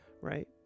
right